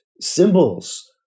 symbols